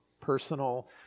personal